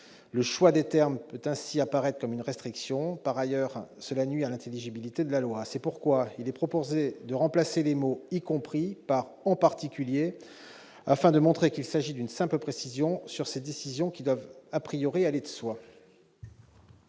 Le choix des termes peut ainsi apparaître comme une restriction. Par ailleurs, cela nuit à l'intelligibilité de la loi. C'est pourquoi il est proposé de remplacer les mots « y compris » par les mots « en particulier », afin de montrer qu'il s'agit d'une simple précision, concernant des principes qui doivent aller de soi.